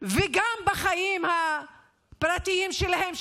וגם בחיים הפרטים שלהם,